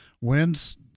wins